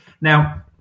now